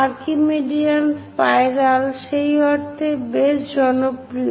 Archimedean spiral সেই অর্থে বেশ জনপ্রিয়